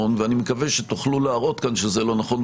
גם אם זה לא נכון ואני מקווה שתוכלו להראות כאן שזה לא נכון,